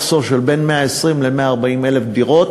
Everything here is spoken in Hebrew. מחסור של בין 120,000 ל-140,000 דירות,